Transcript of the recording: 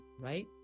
right